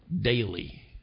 daily